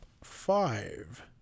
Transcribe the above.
five